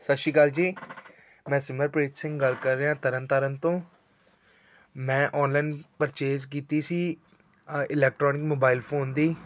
ਸਤਿ ਸ਼੍ਰੀ ਅਕਾਲ ਜੀ ਮੈਂ ਸਿਮਰਪ੍ਰੀਤ ਸਿੰਘ ਗੱਲ ਕਰ ਰਿਹਾ ਤਰਨ ਤਰਨ ਤੋਂ ਮੈਂ ਔਨਲਾਈਨ ਪਰਚੇਸ ਕੀਤੀ ਸੀ ਇਲੈਕਟ੍ਰੋਨਿਕ ਮੋਬਾਈਲ ਫੋਨ ਦੀ